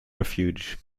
refuge